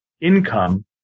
income